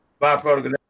Byproduct